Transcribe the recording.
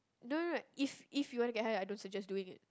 no no no if if you want to get high I don't suggest doing it